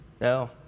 No